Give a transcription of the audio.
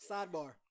Sidebar